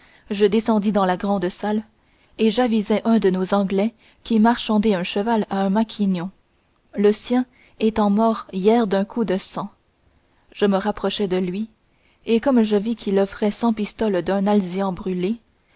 je descendis dans la grande salle et j'avisai un de nos anglais qui marchandait un cheval à un maquignon le sien étant mort hier d'un coup de sang je m'approchai de lui et comme je vis qu'il offrait cent pistoles d'un alezan brûlé